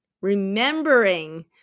remembering